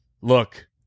look